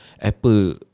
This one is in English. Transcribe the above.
Apple